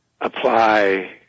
apply